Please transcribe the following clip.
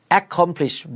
accomplish